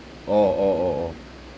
oh oh oh oh